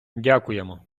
дякуємо